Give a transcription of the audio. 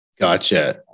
Gotcha